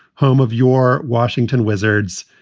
home of your washington wizards.